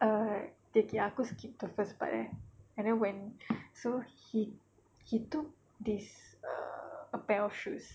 err okay aku skip to first part eh and then when so he he took this err a pair of shoes